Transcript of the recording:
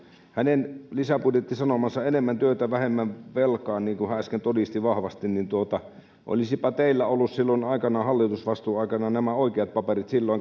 hänen budjettisanomansa on enemmän työtä vähemmän velkaa niin kuin hän äsken todisti vahvasti mutta olisipa teillä ollut silloin aikoinaan hallitusvastuuaikana nämä oikeat paperit